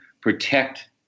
protect